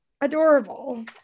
Adorable